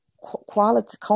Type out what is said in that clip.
Quality